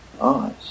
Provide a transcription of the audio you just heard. eyes